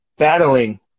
Battling